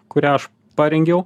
kurią aš parengiau